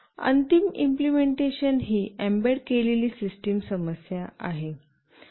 अंतिम इम्प्लिमेंटेशन ही एम्बेड केलेली सिस्टम समस्या आहे